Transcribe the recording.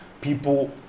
people